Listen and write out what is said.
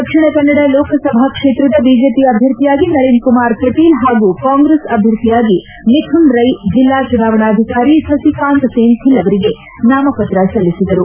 ದಕ್ಷಿಣ ಕನ್ನಡ ಲೋಕಸಭಾ ಕ್ಷೇತ್ರದ ಬಿಜೆಪಿ ಅಭ್ಯರ್ಥಿಯಾಗಿ ನಳನ್ ಕುಮಾರ್ ಕಟೀಲ್ ಹಾಗೂ ಕಾಂಗ್ರೆಸ್ ಅಭ್ಯರ್ಥಿಯಾಗಿ ಮಿಥುನ್ ರೈ ಜಿಲ್ಲಾ ಚುನಾವಣಾಧಿಕಾರಿ ಸಸಿಕಾಂತ್ ಸೆಂಥಿಲ್ ಅವರಿಗೆ ನಾಮಪತ್ರ ಸಲ್ಲಿಸಿದರು